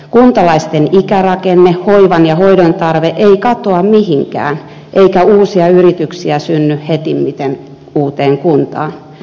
kuntalaisten ikärakenne hoivan ja hoidon tarve ei katoa mihinkään eikä uusia yrityksiä synny hetimmiten uuteen kuntaan